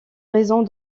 raisons